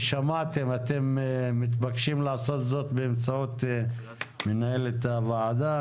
אתם מתבקשים לעשות זאת באמצעות מנהלת הוועדה.